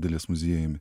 dailės muziejumi